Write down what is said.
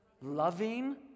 loving